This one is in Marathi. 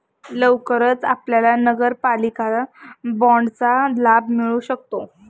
लवकरच आपल्याला नगरपालिका बाँडचा लाभ मिळू शकतो